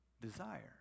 desire